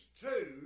two